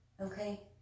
Okay